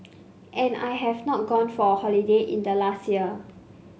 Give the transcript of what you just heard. and I have not gone for a holiday in the last year